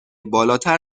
بالاتر